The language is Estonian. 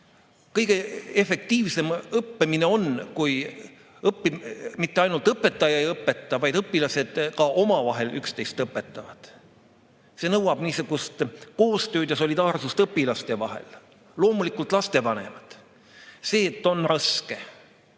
Kõige efektiivsem õppimine on, kui mitte ainult õpetaja ei õpeta, vaid õpilased ka omavahel üksteist õpetavad. See nõuab niisugust koostööd ja solidaarsust õpilaste vahel. Loomulikult lapsevanemad. See, et on raske,